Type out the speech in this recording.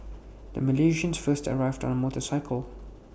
the Malaysians first arrived on A motorcycle